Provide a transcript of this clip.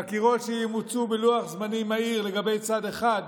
חקירות שימוצו בלוח זמנים מהיר לגבי צד אחד,